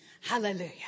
Hallelujah